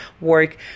work